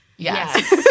Yes